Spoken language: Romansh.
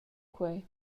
quei